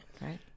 right